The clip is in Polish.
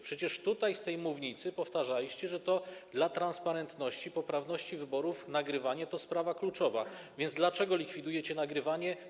Przecież tutaj, z tej mównicy, powtarzaliście, że dla transparentności, poprawności wyborów nagrywanie to sprawa kluczowa, więc dlaczego likwidujecie nagrywanie?